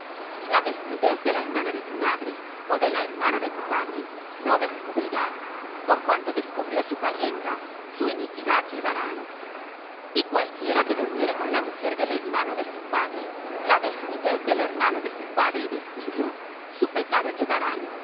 la desnudez de la hermana de tu madre ó de la hermana de tu padre no descubrirás por cuanto descubrió su parienta su iniquidad llevarán y cualquiera que durmiere con la mujer del hermano de su padre la desnudez del hermano de su padre descubrió su pecado llevarán